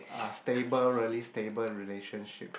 a stable really stable relationship